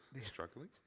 Struggling